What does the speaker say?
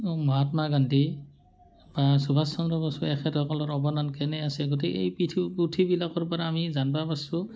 মহাত্মা গান্ধী বা সুভাষ চন্দ্ৰ বসু এখেতসকলৰ অৱদান কেনে আছে গতিকে এই পিথি পুথিবিলাকৰ পৰা আমি জানিব পাৰিছোঁ